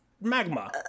magma